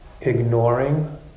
ignoring